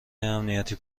امنیتی